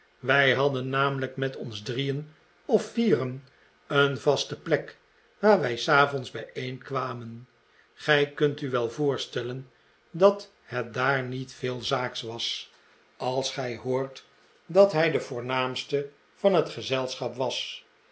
wij hadden namelijk met ons drieen of vieren een vaste plek waar wij s avonds bijeenkwamen gij kunt u wel voorstellen dat het daar niet veel zaaks was als gij hoort dat hij de voornaamste van het gezelschap was